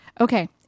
Okay